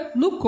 no